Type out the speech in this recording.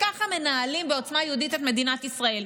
ככה מנהלים בעוצמה יהודית את מדינת ישראל,